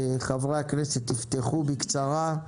חברי הכנסת יפתחו בקצרה,